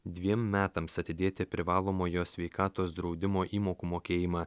dviem metams atidėti privalomojo sveikatos draudimo įmokų mokėjimą